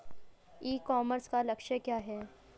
ई commerce का लक्ष्य क्या है?